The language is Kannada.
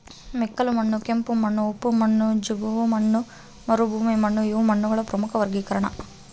ಮೆಕ್ಕಲುಮಣ್ಣು ಕೆಂಪುಮಣ್ಣು ಉಪ್ಪು ಮಣ್ಣು ಜವುಗುಮಣ್ಣು ಮರುಭೂಮಿಮಣ್ಣುಇವು ಮಣ್ಣುಗಳ ಪ್ರಮುಖ ವರ್ಗೀಕರಣ